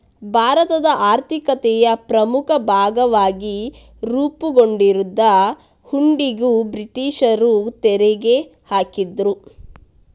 ಭಾರತದ ಆರ್ಥಿಕತೆಯ ಪ್ರಮುಖ ಭಾಗವಾಗಿ ರೂಪುಗೊಂಡಿದ್ದ ಹುಂಡಿಗೂ ಬ್ರಿಟೀಷರು ತೆರಿಗೆ ಹಾಕಿದ್ರು